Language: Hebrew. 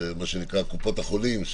קופות החולים,